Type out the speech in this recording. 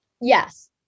Yes